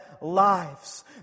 lives